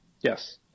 Yes